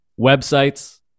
websites